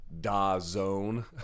Dazone